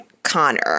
Connor